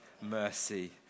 mercy